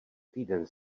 týden